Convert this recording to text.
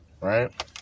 right